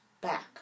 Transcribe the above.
back